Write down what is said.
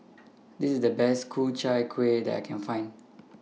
This IS The Best Ku Chai Kuih that I Can Find